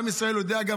עם ישראל יודע,